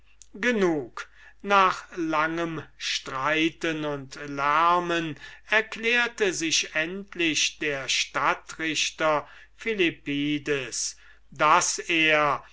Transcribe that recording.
genug nach langem streiten und lärmen erklärte sich endlich der stadtrichter philippides daß er